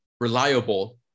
reliable